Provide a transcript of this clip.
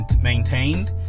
maintained